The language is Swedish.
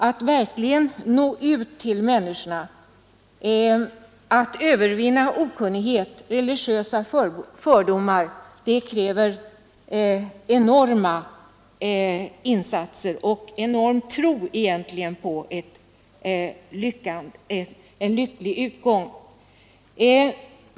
Att verkligen nå ut till människorna, att övervinna okunnighet och religiösa fördomar, kräver enorma insatser och en enorm tro på ett lyckat resultat.